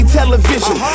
television